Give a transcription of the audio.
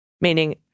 Meaning